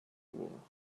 wool